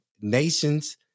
nations